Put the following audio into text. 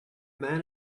man